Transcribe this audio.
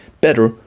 better